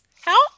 Help